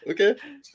Okay